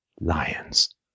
lions